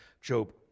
Job